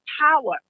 power